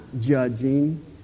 judging